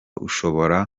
ushobora